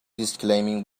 disclaiming